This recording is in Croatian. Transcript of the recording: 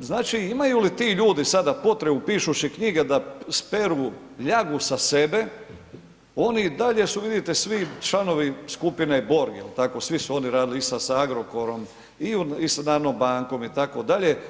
znači imaju li ti ljudi sada potrebu pišući knjige da speru ljagu sa sebe, oni i dalje su vidite svi članovi skupine Borg, jel tako, svi su oni radili isto sa Agrokorom i sa Narodnom bankom itd.